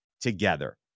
together